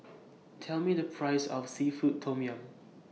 Tell Me The Price of Seafood Tom Yum